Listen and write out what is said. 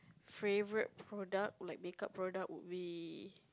favourite product like make up product would be